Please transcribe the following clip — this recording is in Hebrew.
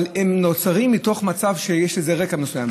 אבל הן נוצרות מתוך מצב שיש איזה רקע מסוים,